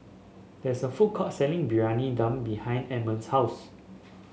there is a food court selling Briyani Dum behind Edmond's house